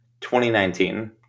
2019